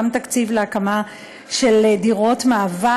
גם תקציב להקמה של דירות מעבר.